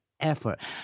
effort